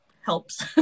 helps